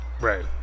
Right